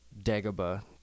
Dagobah